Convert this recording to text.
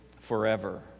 forever